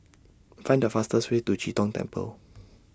Find The fastest Way to Chee Tong Temple